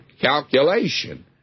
calculation